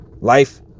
life